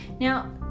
Now